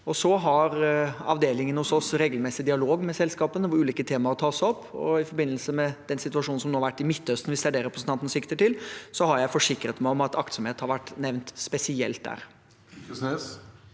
Så har avdelingen hos oss regelmessig dialog med selskapene, hvor ulike temaer tas opp. I forbindelse med den situasjonen som nå har vært i Midtøsten, hvis det er det representanten sikter til, har jeg forsikret meg om at aktsomhet har vært nevnt spesielt der.